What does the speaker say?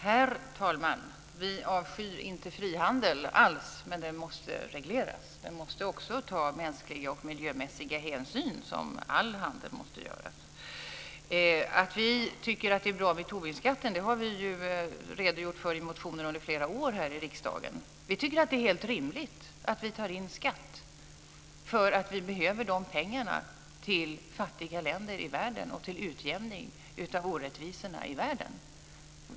Herr talman! Vi avskyr inte alls frihandel, men den måste regleras. Den måste också ta mänskliga och miljömässiga hänsyn, vilket all handel måste göra. Att vi tycker att det är bra med Tobinskatten har vi ju redogjort för i motioner under flera år här i riksdagen. Vi tycker att det är helt rimligt att vi tar in skatt för att vi behöver dessa pengar till fattiga länder i världen och till utjämning av orättvisorna i världen.